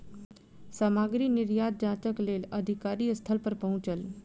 सामग्री निर्यात जांचक लेल अधिकारी स्थल पर पहुँचल